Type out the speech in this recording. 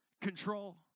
control